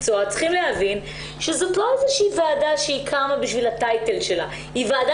את הצורך והוציאו מכרז אז צריך להבין למה לא ניגשו אליו העמותות